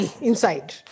inside